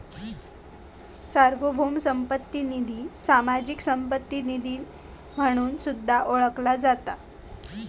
सार्वभौम संपत्ती निधी, सामाजिक संपत्ती निधी म्हणून सुद्धा ओळखला जाता